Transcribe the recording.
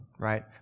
right